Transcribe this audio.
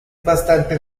bastante